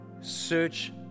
search